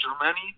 Germany